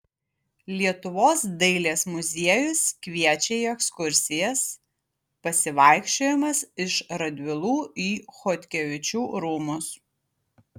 lietuvos dailės muziejus kviečia į ekskursijas pasivaikščiojimas iš radvilų į chodkevičių rūmus